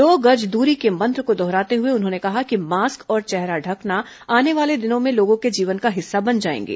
दो गज दूरी के मंत्र को दोहराते हुए उन्होंने कहा कि मास्क और चेहरा ढकना आने वाले दिनों में लोगों के जीवन का हिस्सा बन जाएंगे